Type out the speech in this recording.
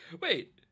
Wait